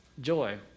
joy